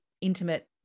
intimate